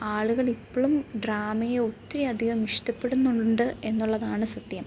ആളുകളിപ്പോഴും ഡ്രാമയെ ഒത്തിരി അധികം ഇഷ്ടപ്പെടുന്നുണ്ട് എന്നുള്ളതാണ് സത്യം